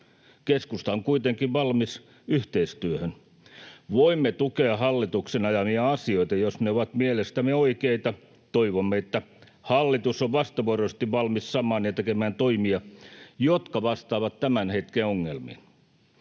Keskusta on kuitenkin valmis yhteistyöhön. Voimme tukea hallituksen ajamia asioita, jos ne ovat mielestämme oikeita. Toivomme, että hallitus on vastavuoroisesti valmis samaan ja tekemään toimia, jotka vastaavat tämän hetken ongelmiin.